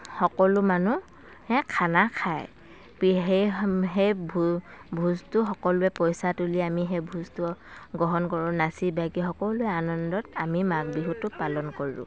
সকলো মানুহে খানা খায় পি সেই সেই ভোজটো সকলোৱে পইচা তুলি আমি সেই ভোজটো গ্ৰহণ কৰোঁ নাচি বাগি সকলোৱে আনন্দত আমি মাঘ বিহুটো পালন কৰোঁ